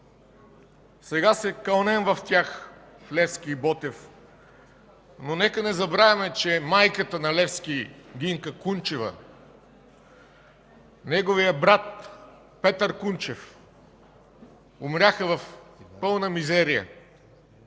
Сега се кълнем в тях – в Левски и Ботев, но нека не забравяме, че майката на Левски Гинка Кунчева, неговият брат Петър Кунчев умряха в пълна мизерия.